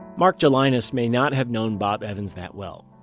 mark gelinas may not have known bob evans that well.